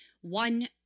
one